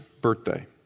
birthday